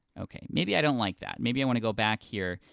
okay, maybe i don't like that. maybe i wanna go back here,